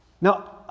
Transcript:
Now